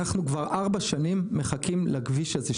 אנחנו כבר 3 שנים מחכים לתקצוב של הכביש הזה.